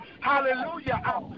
Hallelujah